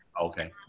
Okay